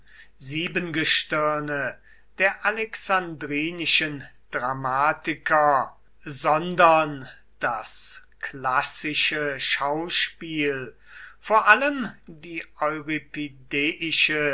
siebengestirne der alexandrinischen dramatiker sondern das klassische schauspiel vor allem die